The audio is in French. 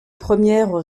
ire